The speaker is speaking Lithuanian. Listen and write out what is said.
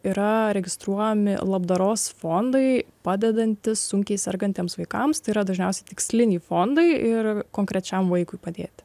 yra registruojami labdaros fondai padedantys sunkiai sergantiems vaikams tai yra dažniausiai tiksliniai fondai ir konkrečiam vaikui padėti